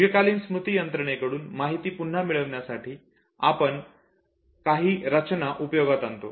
दीर्घकालीन स्मृती यंत्रणेकडून माहिती पुन्हा मिळवण्यासाठी आपण काही रचना उपयोगात आणतो